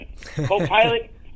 co-pilot